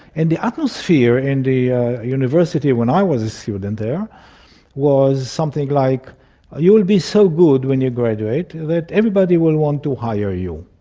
and the atmosphere in the university when i was a student there was something like ah you will be so good when you graduate that everybody will want to hire you.